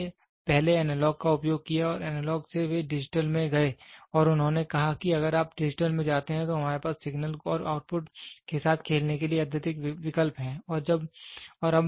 लोगों ने पहले एनालॉग का उपयोग किया और एनालॉग से वे डिजिटल में गए और उन्होंने कहा कि अगर आप डिजिटल में जाते हैं तो हमारे पास सिग्नल और आउटपुट के साथ खेलने के लिए अधिक विकल्प हैं